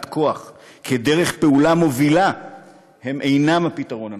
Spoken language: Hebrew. כוח כדרך פעולה מובילה אינן הפתרון הנכון.